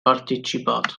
partecipato